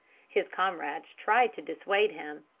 his comrades tried to dissuade him,